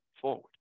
forward